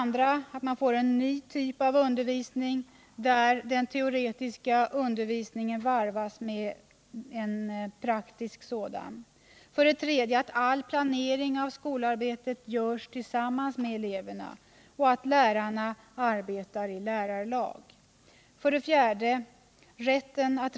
Ny typ av undervisning där den teoretiska undervisningen varvas med en praktisk undervisning. 3. All planering av skolarbetet görs tillsammans med eleverna, och lärarna arbetar i lärarlag. 4.